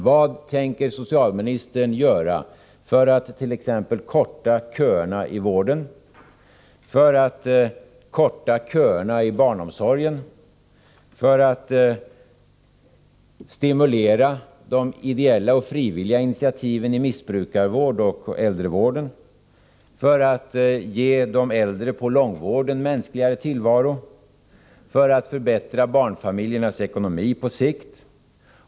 Vad tänker socialministern göra för att t.ex. korta köerna i vården, för att korta köerna i barnomsorgen, för att stimulera de ideella och frivilliga initiativen i missbrukarvård och äldrevård, för att ge de äldre på långvården en mänskligare tillvaro, för att förbättra barnfamiljernas ekonomi på sikt?